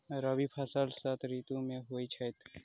रबी फसल शीत ऋतु मे होए छैथ?